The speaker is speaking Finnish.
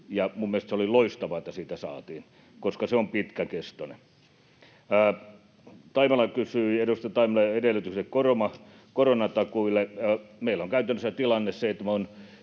mielestäni se oli loistavaa, että se saatiin, koska se on pitkäkestoinen. Edustaja Taimela kysyi edellytyksistä koronatuille. Meillä on käytännössä tilanne se,